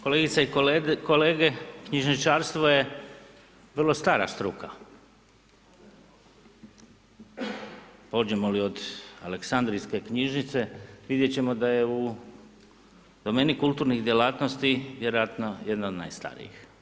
Kolegice i kolege, knjižničarstvo je vrlo stara struka pođemo li od Aleksandrijske knjižnice, vidjet ćemo da je u domeni kulturnih djelatnosti vjerojatno jedna od najstarijih.